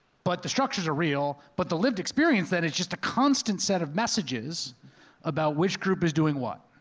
but the structures are real, but the lived experience then is just a constant set of messages about which group is doing what,